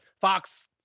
fox